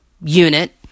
unit